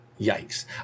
yikes